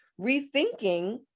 rethinking